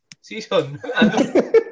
season